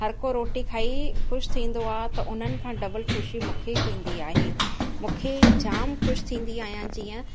हर को रोटी खाई ख़ुशि थींदो आहे त उन्हनि खां डबल ख़ुशी मूंखे थींदी आहे मूंखे जाम ख़ुशि थींदी आहियां जीअं